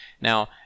Now